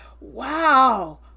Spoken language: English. wow